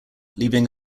leaving